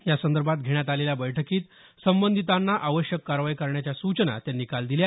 यासंदर्भात घेण्यात आलेल्या बैठकीत संबंधितांना आवश्यक कारवाई करण्याच्या सूचना त्यांनी काल दिल्या